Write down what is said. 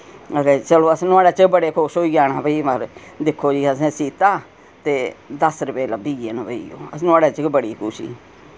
ते चलो असें नुहाड़े च बड़े खुश होई जाना भई मतलब दिक्खो जी असें सीत्ता ते दस रपे लब्भी गे न भाई अस नुहाड़े च गै बड़ी खुशी